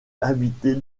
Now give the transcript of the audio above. habitée